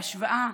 בהשוואה,